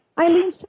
Eileen